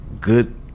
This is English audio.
good